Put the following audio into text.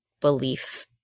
belief